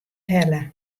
helle